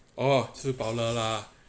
orh 吃饱了 lah